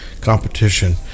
competition